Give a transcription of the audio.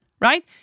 right